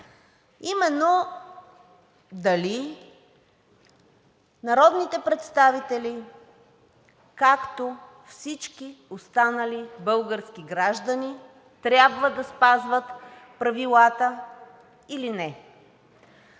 именно – дали народните представители, както всички останали български граждани, трябва да спазват правилата или не?